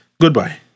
goodbye